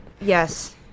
Yes